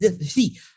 see